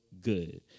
good